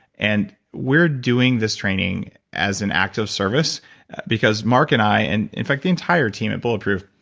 and we're doing this training as an act of service because mark and i. and in fact, the entire team at bulletproof,